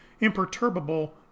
imperturbable